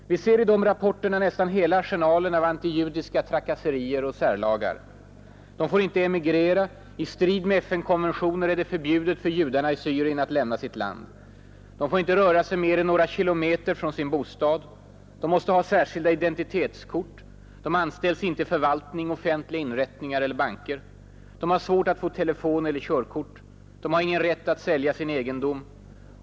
Vi ser i de rapporterna nästan hela arsenalen av antijudiska trakasserier och särlagar. De får inte emigrera; i strid med FN-konventioner är det förbjudet för judarna i Syrien att lämna sitt land. De får inte röra sig mer än några kilometer från sin bostad. De måste ha särskilda identitetskort. De anställs inte i förvaltning, offentliga inrättningar eller banker. De har svårt att få telefon eller körkort. De har ingen rätt att sälja sin egendom.